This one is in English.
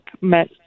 met